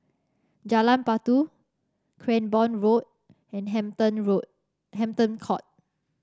Jalan Batu Cranborne Road and Hampton Road Hampton Court